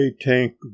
tank